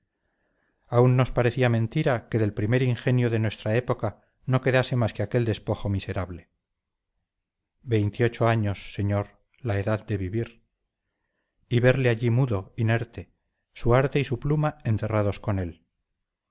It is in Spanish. aún nos parecía mentira que del primer ingenio de nuestra época no quedase más que aquel despojo miserable veintiocho años señor la edad de vivir y verle allí mudo inerte su arte y su pluma enterrados con él